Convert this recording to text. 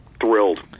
thrilled